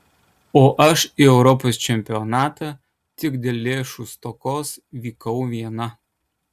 o aš į europos čempionatą tik dėl lėšų stokos vykau viena